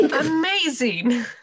Amazing